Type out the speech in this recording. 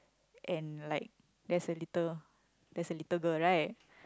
and like there's a little there's a little girl right